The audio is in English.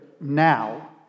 now